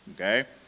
okay